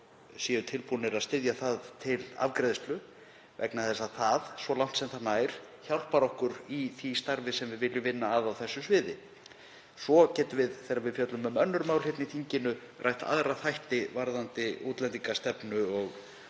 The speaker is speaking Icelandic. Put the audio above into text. séu tilbúnir að styðja það til afgreiðslu vegna þess að það, svo langt sem það nær, hjálpar okkur í því starfi sem við viljum vinna að á þessu sviði. Svo getum við þegar við fjöllum um önnur mál hérna í þinginu rætt aðra þætti varðandi útlendingastefnu og